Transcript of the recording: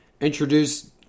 introduce